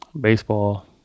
baseball